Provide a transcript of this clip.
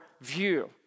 view